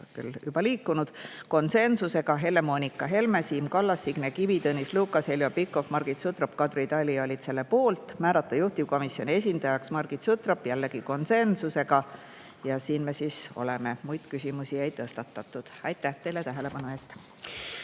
küll juba liikunud –, see oli konsensusega: Helle-Moonika Helme, Siim Kallas, Signe Kivi, Tõnis Lukas, Heljo Pikhof, Margit Sutrop ja Kadri Tali olid selle poolt. [Otsustati] määrata juhtivkomisjoni esindajaks Margit Sutrop, jällegi konsensusega. Ja siin me siis oleme. Muid küsimusi ei tõstatatud. Aitäh teile tähelepanu eest!